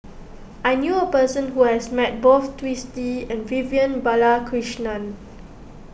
I knew a person who has met both Twisstii and Vivian Balakrishnan